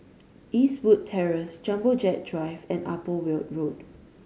Eastwood Terrace Jumbo Jet Drive and Upper Weld Road